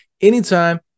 anytime